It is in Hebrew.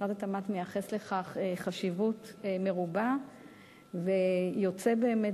משרד התמ"ת מייחס לכך חשיבות מרובה ויוצא באמת